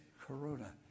corona